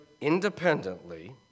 independently